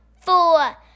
four